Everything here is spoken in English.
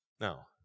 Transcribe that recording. Now